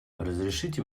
разрешите